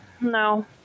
no